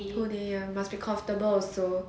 whole day ya must be comfortable also